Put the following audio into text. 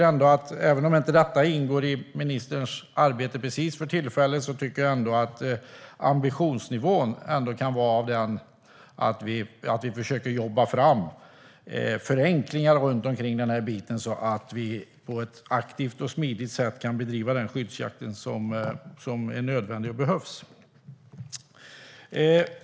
Även om detta inte ingår i ministerns arbete precis för tillfället tycker jag att ambitionen kan vara att vi försöker jobba fram förenklingar kring den här biten så att vi på ett aktivt och smidigt sätt kan bedriva den skyddsjakt som är nödvändig.